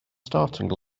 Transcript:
starting